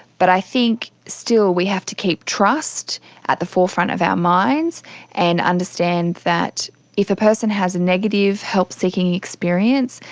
but i think still we have to keep trust at the forefront of our minds and understand that if a person has a negative help-seeking experience,